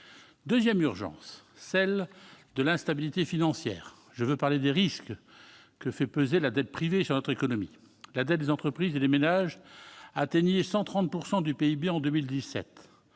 deuxième urgence est celle de l'instabilité financière : je veux parler des risques que fait peser sur notre économie la dette privée. La dette des entreprises et des ménages atteignait 130 % du PIB en 2017.